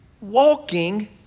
walking